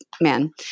man